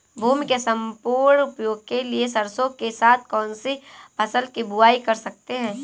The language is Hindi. भूमि के सम्पूर्ण उपयोग के लिए सरसो के साथ कौन सी फसल की बुआई कर सकते हैं?